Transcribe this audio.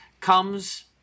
comes